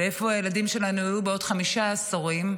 ואיפה הילדים שלנו יהיו בעוד חמישה עשורים,